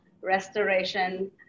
restoration